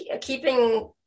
keeping